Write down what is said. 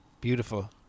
Beautiful